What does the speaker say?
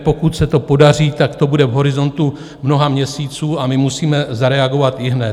Pokud se to podaří, tak to bude v horizontu mnoha měsíců, a my musíme zareagovat ihned.